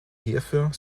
hierfür